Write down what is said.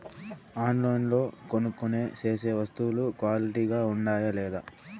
ఆన్లైన్లో కొనుక్కొనే సేసే వస్తువులు క్వాలిటీ గా ఉండాయా లేదా?